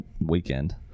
weekend